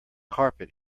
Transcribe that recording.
carpet